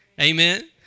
Amen